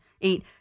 eight